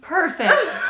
perfect